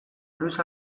luis